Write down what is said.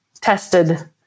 tested